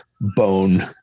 bone